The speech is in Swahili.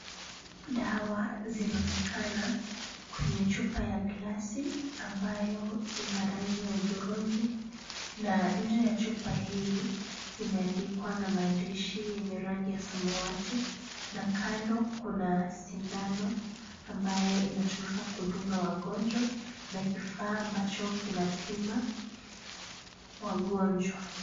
Dawa zinaonekana kwenye chupa ya glasi ambayo ina rangi ya hudhurungi na nje ya chupa hii imeandikwa na maandishi yenye rangi ya samawati na kando kuna sindano ambayo inatumika kudunga wagonjwa na kifaa ambacho kinapima wagonjwa.